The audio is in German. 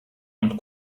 und